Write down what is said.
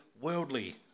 worldly